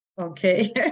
Okay